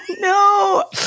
No